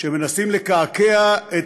שמנסים לקעקע את